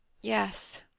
Yes